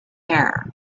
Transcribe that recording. air